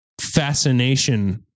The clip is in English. fascination